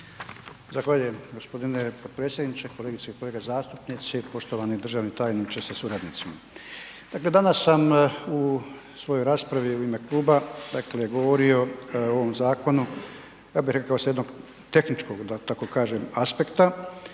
Zahvaljujem g. potpredsjedniče, kolegice i kolege zastupnici, poštovani državni tajniče sa suradnicima. Dakle, danas sam u svojoj raspravi u ime kluba, dakle govorio o ovom zakonu, ja bi reko sa jednog tehničkog da